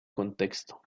contexto